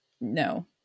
No